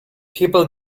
people